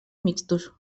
mixtos